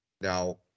Now